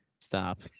Stop